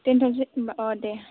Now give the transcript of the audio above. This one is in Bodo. दोनथ'सै होमबा औ दे